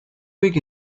big